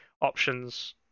options